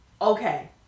Okay